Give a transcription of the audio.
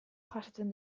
jasotzen